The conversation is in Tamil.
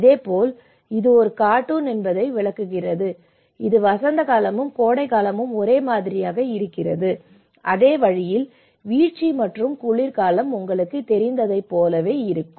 இதேபோல் இது ஒரு கார்ட்டூன் என்பதை விளக்குகிறது இது வசந்த காலமும் கோடைகாலமும் ஒரே மாதிரியாக இருக்கிறது அதே வழியில் வீழ்ச்சி மற்றும் குளிர்காலம் உங்களுக்குத் தெரிந்ததைப் போலவே இருக்கும்